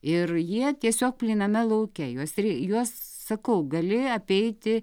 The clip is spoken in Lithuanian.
ir jie tiesiog plyname lauke juos rei juos sakau gali apeiti